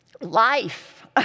Life